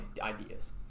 ideas